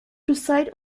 preside